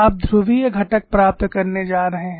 आप ध्रुवीय घटक प्राप्त करने जा रहे हैं